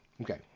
Okay